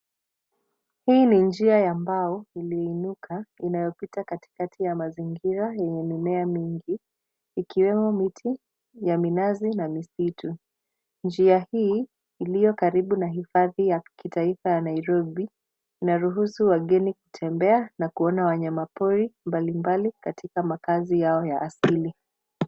Hii ni njia ya mbao, iliinuka, inayopita katikati ya mazingira yenye mimea mingi ikiwemo miti ya minazi na misitu. Njia hii iliyo karibu na hifadhi ya kitaifa ya Nairobi inaruhusu wageni kutembea na kuona wanyama pori mbalimbali na katika makazi yao ya asili.